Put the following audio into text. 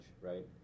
right